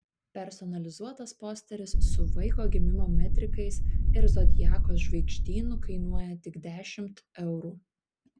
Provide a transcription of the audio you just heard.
personalizuotas posteris su vaiko gimimo metrikais ir zodiako žvaigždynu kainuoja tik dešimt eurų